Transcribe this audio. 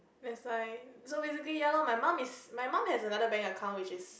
that's why so basically ya lor my mum is my mum has another bank account which is